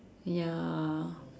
ya